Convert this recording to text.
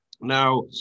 Now